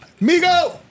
Migo